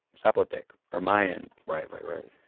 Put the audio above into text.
zapotec or mayan? right, right, right